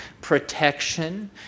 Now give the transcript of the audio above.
protection